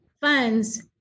funds